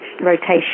rotation